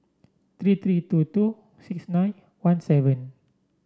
three three two two six nine one seven